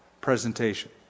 presentation